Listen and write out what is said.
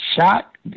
shot